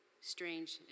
Strange